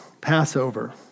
Passover